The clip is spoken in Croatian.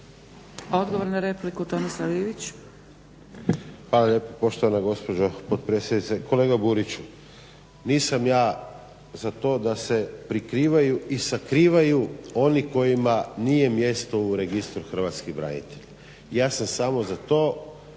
Ivić. **Ivić, Tomislav (HDZ)** Hvala lijepa poštovano gospođo potpredsjednice, kolega Burić nisam ja za to da se prikrivaju i sakrivaju oni kojima nije mjesto u Registru hrvatskih branitelja. Ja sam samo za to